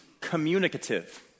communicative